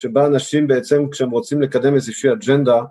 שבה אנשים בעצם כשהם רוצים לקדם איזושהי אג'נדה